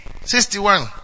Sixty-one